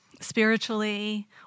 spiritually